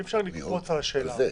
אי אפשר לקפוץ לשאלה הבאה.